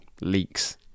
leaks